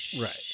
Right